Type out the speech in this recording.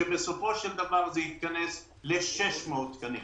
כאשר בסופו של דבר זה התכנס ל-600 תקנים.